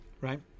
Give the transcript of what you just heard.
right